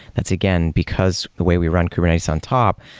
that's, again, because the way we run kubernetes on top,